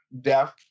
death